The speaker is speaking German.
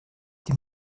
die